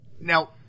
Now